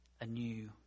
anew